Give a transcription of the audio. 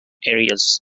areas